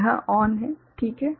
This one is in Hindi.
यह ऑन है ठीक है